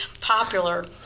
popular